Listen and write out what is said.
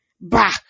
Bah